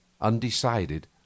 undecided